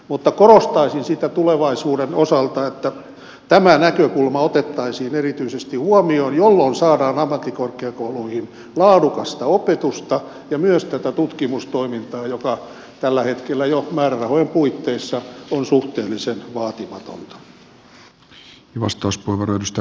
mutta korostaisin tulevaisuuden osalta että tämä näkökulma otettaisiin erityisesti huomioon jolloin saadaan ammattikorkeakouluihin laadukasta opetusta ja myös tutkimustoimintaa joka tällä hetkellä jo määrärahojen puitteissa on suhteellisen vaatimatonta